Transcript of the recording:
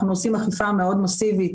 אנחנו עושים אכיפה מאוד מסיבית